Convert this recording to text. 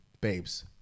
babes